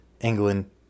England